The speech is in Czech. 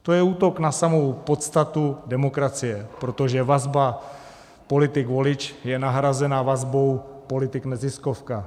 To je útok na samou podstatu demokracie, protože vazba politikvolič je nahrazena vazbou politikneziskovka.